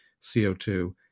CO2